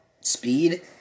speed